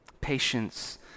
Patience